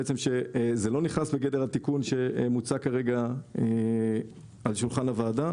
זה לא נכנס בגדר התיקון שמוצע כרגע על שולחן הוועדה,